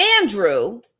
Andrew